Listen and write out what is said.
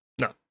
No